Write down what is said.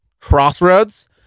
Crossroads